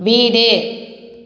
வீடு